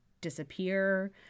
disappear